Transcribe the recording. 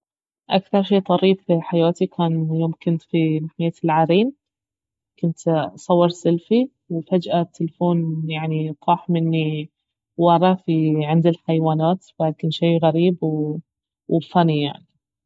اكثر شي طريف في حياتي كان يوم كنت في محمية العرين كنت اصور سيلفي وفجاة التلفون يعني طاح مني ورا في عند الحيوانات فكان شي غريب وفاني يعني